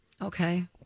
Okay